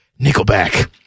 Nickelback